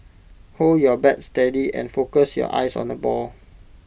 hold your bat steady and focus your eyes on the ball